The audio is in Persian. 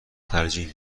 ترجیح